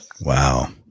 Wow